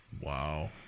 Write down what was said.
Wow